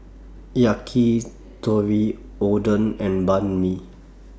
Yakitori Oden and Banh MI